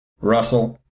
Russell